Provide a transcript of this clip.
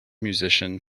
musician